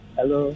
Hello